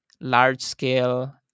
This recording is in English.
large-scale